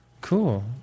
Cool